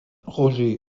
roger